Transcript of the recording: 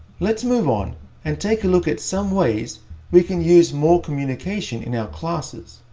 let's move on and take a look at some ways we can use more communication in our classes.